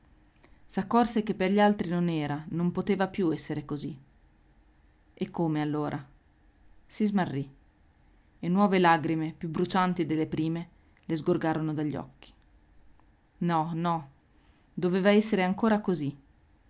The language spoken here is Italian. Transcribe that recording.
stessa s'accorse che per gli altri non era non poteva più essere così e come allora si smarrì e nuove lagrime più brucianti delle prime le sgorgarono dagli occhi no no doveva essere ancora così